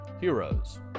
Heroes